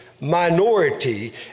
minority